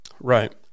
Right